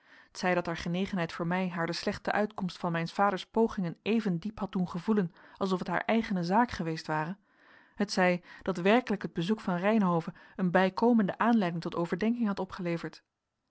zij dat haar genegenheid voor mij haar de slechte uitkomst van mijns vaders pogingen evendiep had doen gevoelen alsof het haar eigene zaak geweest ware t zij dat werkelijk het bezoek van reynhove een bijkomende aanleiding tot overdenking had opgeleverd